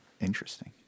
interesting